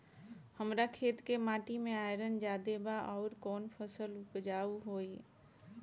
हमरा खेत के माटी मे आयरन जादे बा आउर कौन फसल उपजाऊ होइ?